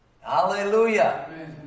Hallelujah